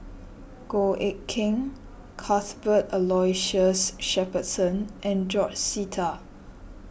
Goh Eck Kheng Cuthbert Aloysius Shepherdson and George Sita